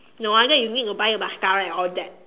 no wonder you need to buy mascara and all that